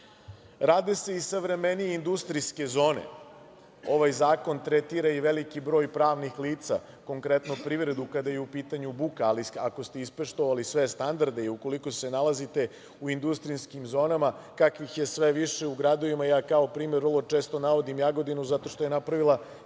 se i savremenije industrijske zone. Ovaj zakon tretira i veliki broj pravnih lica, konkretno privredu, kada je u pitanju buka, ali ako ste ispoštovali sve standarde i ukoliko se nalazite u industrijskim zonama kakvih je sve više u gradovima, ja kao primer vrlo često navodim Jagodinu zato što je napravila